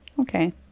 okay